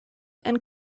and